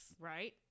Right